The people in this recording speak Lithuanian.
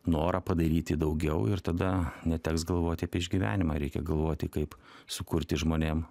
norą padaryti daugiau ir tada neteks galvoti apie išgyvenimą reikia galvoti kaip sukurti žmonėm